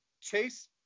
chase